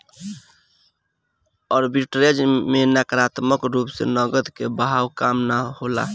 arbitrage में नकारात्मक रूप से नकद के बहाव कम ना होला